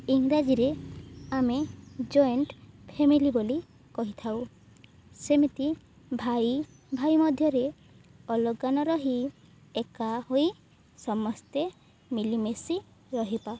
ଇଂରାଜୀରେ ଆମେ joint family ବୋଲି କହିଥାଉ ସେମିତି ଭାଇ ଭାଇ ମଧ୍ୟରେ ଅଲଗା ନ ରହି ଏକା ହୋଇ ସମସ୍ତେ ମିଳିମିଶି ରହିବା